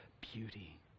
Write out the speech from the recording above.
beauty